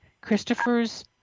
Christopher's